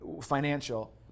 financial